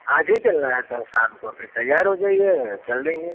आज ही चलना है तो शाम को फिर तैयार हो जाइए चल देंगे